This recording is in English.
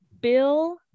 bill